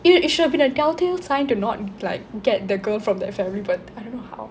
it it should have been a telltale sign to not like get the girl from that family but I don't know how